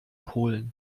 polen